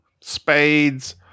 Spades